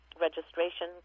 registration